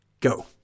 Go